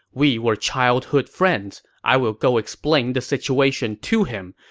we were childhood friends. i will go explain the situation to him,